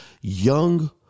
young